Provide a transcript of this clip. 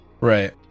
Right